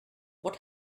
what